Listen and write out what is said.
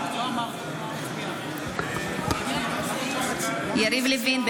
ברקת, בעד יריב לוין,